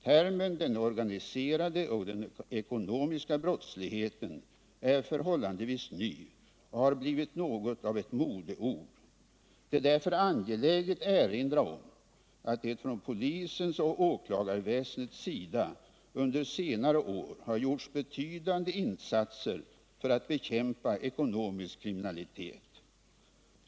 Termen ”den organiserade och den ekonomiska brottsligheten” är förhållandevis ny och har blivit något av ett modeord. Det är därför angeläget erinra om att det från polisens och åklagarväsendets sida under senare år har gjorts betydande insatser för att bekämpa ekonomisk kriminalitet.